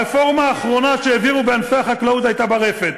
הרפורמה האחרונה שהעבירו בענפי החקלאות הייתה ברפת,